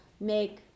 make